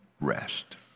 rest